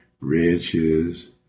riches